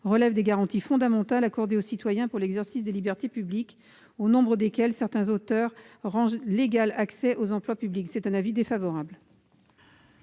relève des garanties fondamentales accordées aux citoyens pour l'exercice des libertés publiques, au nombre desquelles certains auteurs rangent l'égal accès aux emplois publics. L'avis est donc défavorable.